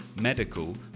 medical